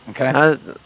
Okay